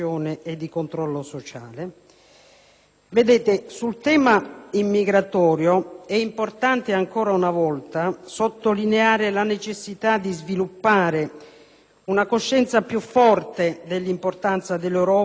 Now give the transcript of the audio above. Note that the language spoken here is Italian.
sociale. Sul tema immigratorio, è importante ancora una volta sottolineare la necessità di sviluppare una coscienza più forte dell'importanza dell'Europa e delle politiche comunitarie,